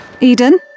Eden